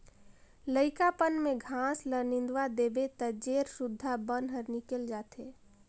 लइकापन में घास ल निंदवा देबे त जेर सुद्धा बन हर निकेल जाथे